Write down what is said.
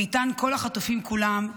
ואיתן כל החטופים כולם,